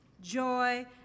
joy